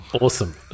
Awesome